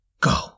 Go